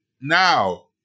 now